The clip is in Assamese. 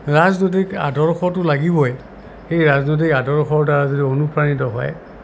ৰাজনৈতিক আদৰ্শটো লাগিবই সেই ৰাজনৈতিক আদৰ্শৰ দ্বাৰা যদি অনুপ্ৰাণিত হয়